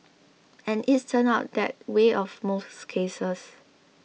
and it's turned out that way for most cases